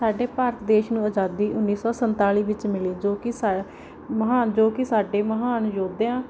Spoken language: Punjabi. ਸਾਡੇ ਭਾਰਤ ਦੇਸ਼ ਨੂੰ ਆਜ਼ਾਦੀ ਉੱਨੀ ਸੌ ਸੰਤਾਲੀ ਵਿੱਚ ਮਿਲੀ ਜੋ ਕਿ ਸਾ ਮਹਾਨ ਜੋ ਕਿ ਸਾਡੇ ਮਹਾਨ ਯੋਧਿਆਂ